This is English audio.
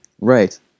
right